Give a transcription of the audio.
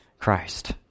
Christ